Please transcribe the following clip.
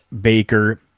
Baker